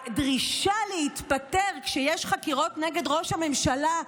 הדרישה להתפטר כשיש חקירות נגד ראש הממשלה,